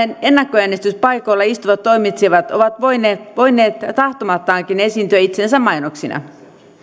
ennakkoäänestyspaikoilla istuvat toimitsijat ovat voineet voineet tahtomattaankin esiintyä itsensä mainoksina